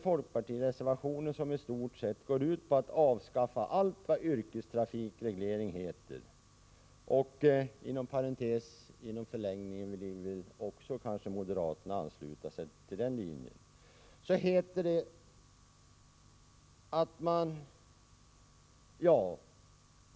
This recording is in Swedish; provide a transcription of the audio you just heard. Folkpartireservationen går i stort sett ut på att avskaffa allt vad yrkestrafikreglering heter, och inom parentes sagt vill kanske också moderaterna egentligen ansluta sig till den linjen.